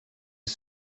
who